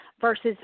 versus